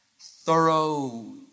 thorough